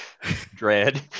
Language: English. dread